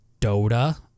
Dota